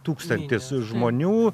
tūkstantis žmonių